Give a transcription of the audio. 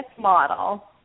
model